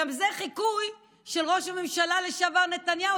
גם זה חיקוי של ראש הממשלה לשעבר נתניהו,